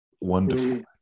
Wonderful